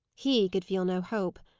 he could feel no hope.